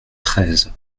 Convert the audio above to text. treize